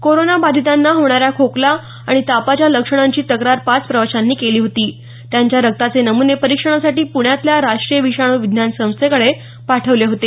corona बाधितांना होणा या खोकला आणि तापासाच्या लक्षणांची तक्रार पाच प्रवाशांनी केली होती त्यांच्या रक्ताचे नमूने परिक्षणासाठी प्रण्यातल्या राष्ट्रीय विषाणू विज्ञान संस्थेकडे पाठवले होते